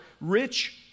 Rich